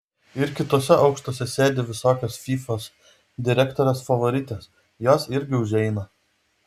ir kituose aukštuose sėdi visokios fyfos direktorės favoritės jos irgi užeina